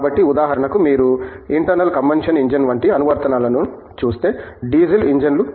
కాబట్టి ఉదాహరణకు మీరు ఇంటర్నల్ కంబషన్ ఇంజన్ వంటి అనువర్తనలను చూస్తే డీజిల్ ఇంజన్లు